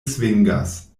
svingas